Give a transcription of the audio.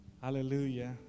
Hallelujah